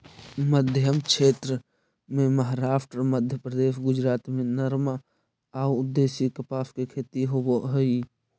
मध्मक्षेत्र में महाराष्ट्र, मध्यप्रदेश, गुजरात में नरमा अउ देशी कपास के खेती होवऽ हई